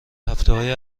هفتههای